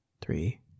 three